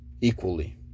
equally